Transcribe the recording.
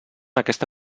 aquesta